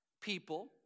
people